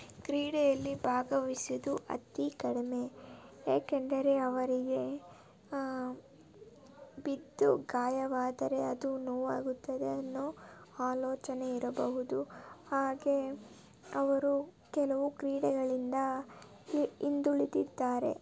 ಕ್ರೀಡೆಯಲ್ಲಿ ಭಾಗವಯ್ಸೋದು ಅತಿ ಕಡಿಮೆ ಏಕೆಂದರೆ ಅವರಿಗೆ ಬಿದ್ದು ಗಾಯವಾದರೆ ಅದು ನೋವಾಗುತ್ತದೆ ಅನ್ನೋ ಆಲೋಚನೆ ಇರಬಹುದು ಹಾಗೇ ಅವರು ಕೆಲವು ಕ್ರೀಡೆಗಳಿಂದ ಹಿಂದುಳಿದಿದ್ದಾರೆ